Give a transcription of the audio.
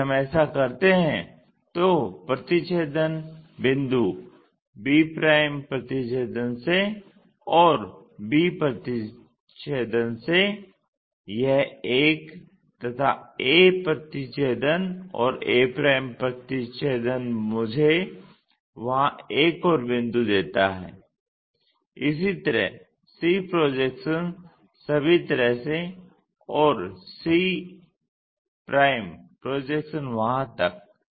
यदि हम ऐसा करते हैं तो प्रतिच्छेदन बिंदु b प्रतिच्छेदन से और b प्रतिच्छेदन से यह एक तथा a प्रतिच्छेदन और a प्रतिच्छेदन मुझे वहां एक और बिंदु देता है इसी तरह c प्रोजेक्शन सभी तरह से और c प्रोजेक्शन वहां तक